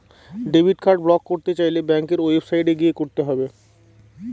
debit card block করতে চাইলে ব্যাঙ্কের ওয়েবসাইটে গিয়ে করতে হবে